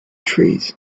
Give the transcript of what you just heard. trees